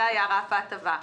זה היה רף ההטבה.